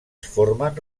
formen